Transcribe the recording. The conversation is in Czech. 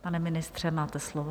Pane ministře, máte slovo.